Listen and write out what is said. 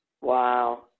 Wow